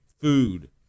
food